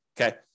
okay